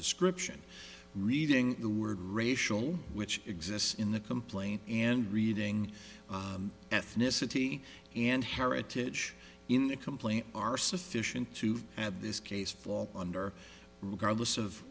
description reading the word racial which exists in the complaint and reading ethnicity and heritage in the complaint are sufficient to add this case flaw under regardless of